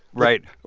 right.